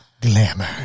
Glamour